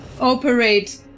operate